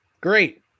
Great